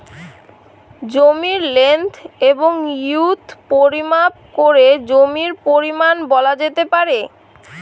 জমির লেন্থ এবং উইড্থ পরিমাপ করে জমির পরিমান বলা যেতে পারে